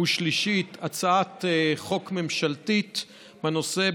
ושלישית הצעת חוק ממשלתית בנושא,